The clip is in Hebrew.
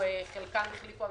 חלקם החליפו ציוד,